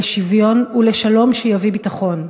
לשוויון ולשלום, שיביא ביטחון.